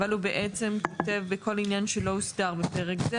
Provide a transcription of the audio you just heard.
אבל הוא כותב: בכל עניין שלא הוסדר בפרק זה,